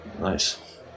nice